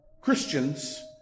Christians